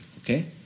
Okay